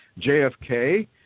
JFK